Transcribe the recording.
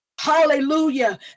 Hallelujah